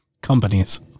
Companies